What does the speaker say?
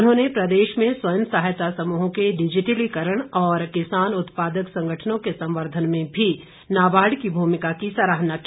उन्होंने प्रदेश में स्वयं सहायता समूहों के डिजिटलीकरण और किसान उत्पादक संगठनों के संवर्द्वन में भी नाबार्ड की भूमिका की सराहना की